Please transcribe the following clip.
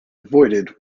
avoided